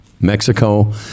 Mexico